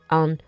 on